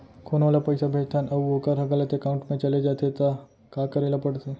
कोनो ला पइसा भेजथन अऊ वोकर ह गलत एकाउंट में चले जथे त का करे ला पड़थे?